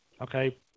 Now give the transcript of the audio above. Okay